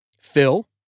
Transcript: Phil